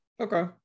okay